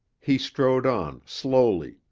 he strode on, slowly,